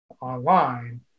online